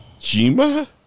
Jima